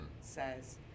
says